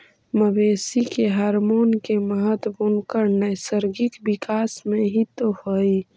मवेशी के हॉरमोन के महत्त्व उनकर नैसर्गिक विकास में हीं तो हई